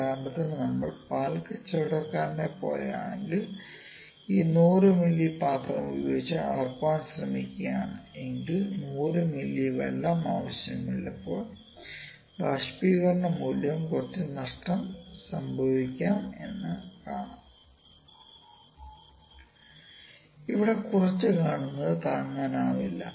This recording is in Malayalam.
ഉദാഹരണത്തിന് നമ്മൾ പാൽ കച്ചവടക്കാരനെ പ്പോലെയാണെങ്കിൽ ഈ 100 മില്ലി പാത്രം ഉപയോഗിച്ച് അളക്കാൻ ശ്രമിക്കുകയാണ് എങ്കിൽ 100 മില്ലി വെള്ളം ആവശ്യമുള്ളപ്പോൾ ബാഷ്പീകരണം മൂലവും കുറച്ചു നഷ്ടം സംഭവിക്കാം എന്ന് കാണാം ഇവിടെ കുറച്ചുകാണുന്നത് താങ്ങാനാവില്ല